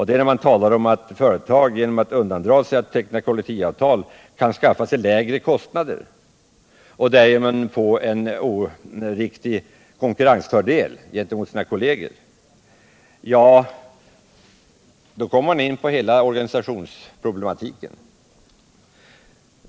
Det är när man talar om att företag genom att undandra sig att teckna kollektivavtal kan skaffa sig lägre kostnader och därigenom få en konkurrensfördel gentemot sina kolleger med avtal. Här kommer man in på hela organisationsproblematiken.